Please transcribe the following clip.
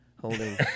holding